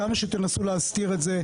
כמה שתנסו להסתיר את זה,